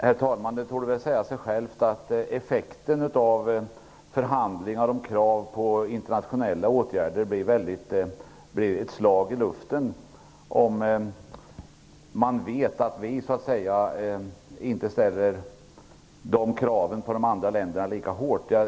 Herr talman! Det torde väl säga sig självt att effekten av förhandlingar om krav på internationella åtgärder blir ett slag i luften om man vet att vi inte ställer samma hårda krav på de andra länderna.